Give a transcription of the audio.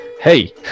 Hey